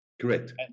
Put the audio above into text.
Correct